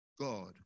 God